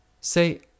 Say